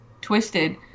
twisted